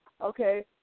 okay